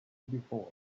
before